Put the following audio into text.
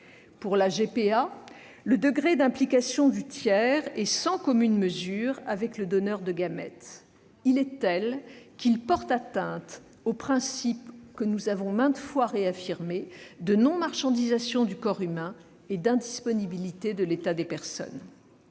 Pour la GPA, le degré d'implication du tiers, sans commune mesure avec celui du donneur de gamètes, est tel qu'il porte atteinte aux principes, que nous avons maintes fois réaffirmés, de non-marchandisation du corps humain et d'indisponibilité de l'état des personnes.